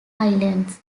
islands